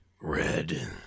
Red